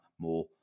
more –